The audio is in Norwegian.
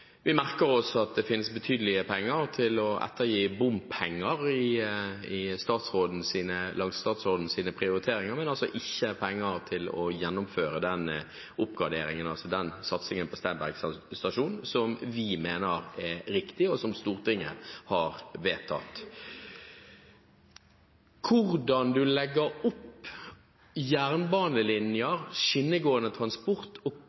Vi merker oss at det finnes betydelige penger til å ettergi bompenger – i statsrådens prioriteringer – men ikke penger til å gjennomføre den oppgraderingen, den satsingen, på Steinberg stasjon som vi mener er riktig, og som Stortinget har vedtatt. Hvordan en legger opp jernbanelinjer, skinnegående transport,